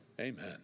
Amen